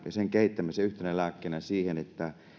ja sen kehittämisen yhtenä lääkkeenä siihen että